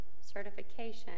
certification